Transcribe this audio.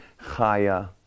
Chaya